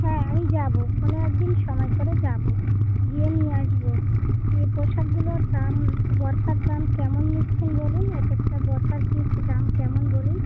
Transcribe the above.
হ্যাঁ আমি যাবো কোনো এক দিন সময় করে যাবো গিয়ে নিয়ে আসবো ইয়ে পোশাকগুলোর দাম বুরখার দাম কেমন নিচ্ছেন বলুন একেকটা বুরখার পিছু দাম কেমন বলুন